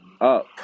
up